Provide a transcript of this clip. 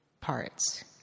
parts